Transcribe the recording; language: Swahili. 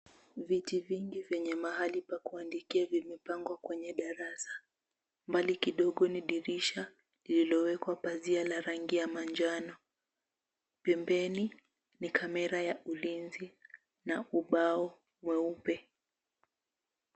Viti vingi vyenye mahali pa kuandikia vimepangwa kwenye darasa. Mbali kidogo ni dirisha lililowekwa pazia la rangi ya manjano. Pembeni ni kamera ya ulinzi na ubao mweupe